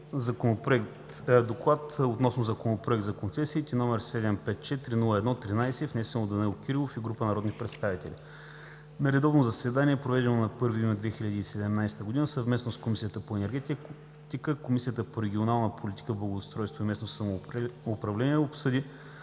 Законопроект за концесиите, № 754-01-13, внесен от Данаил Кирилов и група народни представители На редовно заседание, проведено на 1 юни 2017 г. съвместно с Комисията по енергетика, Комисията по регионална политика, благоустройство и местно самоуправление, обсъди